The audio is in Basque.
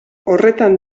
horretan